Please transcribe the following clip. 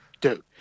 Dude